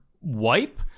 wipe